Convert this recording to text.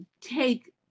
take